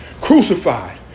crucified